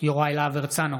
יוראי להב הרצנו,